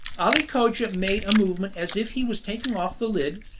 ali cogia made a movement as if he was taking off the lid,